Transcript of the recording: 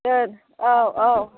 दे औ औ